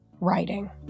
writing